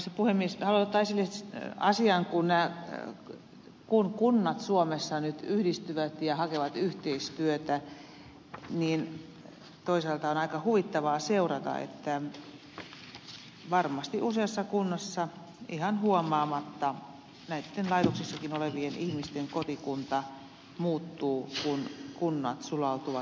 haluan ottaa esille sen asian että kun kunnat suomessa nyt yhdistyvät ja hakevat yhteistyötä niin toisaalta on aika huvittavaa seurata että varmasti useassa kunnassa ihan huomaamatta näitten laitoksissakin olevien ihmisten kotikunta muuttuu kun kunnat sulautuvat yhteen